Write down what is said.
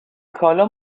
کالا